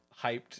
hyped